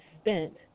spent